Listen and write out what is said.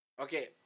Okay